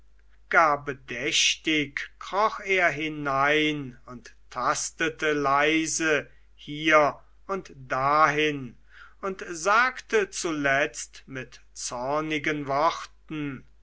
gar bedächtig kroch er hinein und tastete leise hier und dahin und sagte zuletzt mit zornigen worten